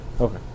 Okay